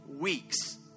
weeks